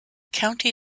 county